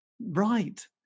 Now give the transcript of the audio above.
right